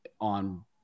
on